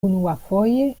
unuafoje